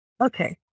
Okay